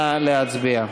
נא להצביע.